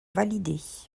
validées